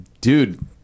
dude